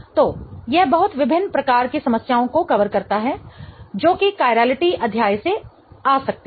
तो यह बहुत विभिन्न प्रकार की समस्याओं को कवर करता है जो कि कायरलिटी अध्याय से आ सकती हैं